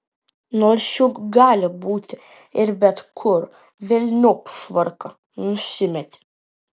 nors juk gali būti ir bet kur velniop švarką nusimetė